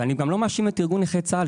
ואני גם לא מאשים את ארגון נכי צה"ל,